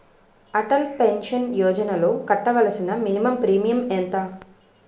Atal pension యోజనలో కట్టవలసిన minimum premium ఎంత?